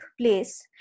place